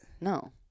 No